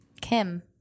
kim